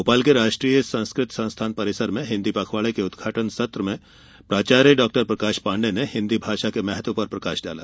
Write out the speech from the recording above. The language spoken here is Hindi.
भोपाल के राष्ट्रीय संस्कृत संस्थान परिसर में हिन्दी पखवाड़े के उद्घाटन सत्र में प्राचार्य डॉक्टर प्रकाश पाण्डेय ने हिन्दी भाषा के महत्व पर प्रकाश डाला